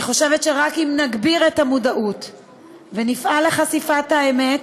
אני חושבת שרק אם נגביר את המודעות ונפעל לחשיפת האמת